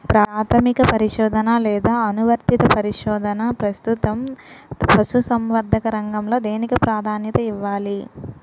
ప్రాథమిక పరిశోధన లేదా అనువర్తిత పరిశోధన? ప్రస్తుతం పశుసంవర్ధక రంగంలో దేనికి ప్రాధాన్యత ఇవ్వాలి?